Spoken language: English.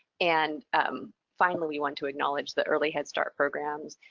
and finally, we want to acknowledge the early head start programs,